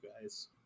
guys